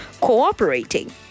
cooperating